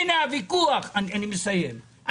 אני מסיים,